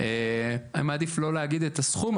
אני מעדיף לא להגיד את הסכום,